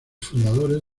fundadores